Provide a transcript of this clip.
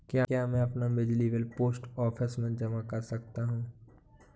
क्या मैं अपना बिजली बिल पोस्ट ऑफिस में जमा कर सकता हूँ?